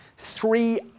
three